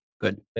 Good